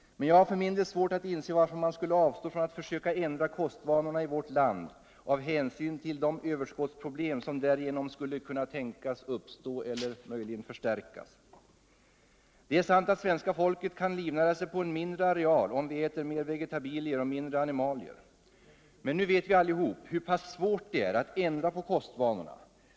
Jag har för min del svårt att inse varför man skulle avstå från att försöka ändra kostvanorna i vårt land av hänsyn till de överskottsproblem som därigenom skulle kunna tänkas uppstå eller möjligen förstärkas. Det är sant att svenska folket kan livnäras på en mindre arcal, om vi äter mer vegetabilier och mindre animalier. Men nu vet vi alla hur pass svårt det är att ändra på kostvanorna.